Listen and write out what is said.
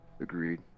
Agreed